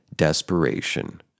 desperation